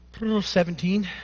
17